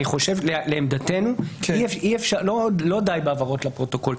לעמדתנו לא די בהבהרות לפרוטוקול.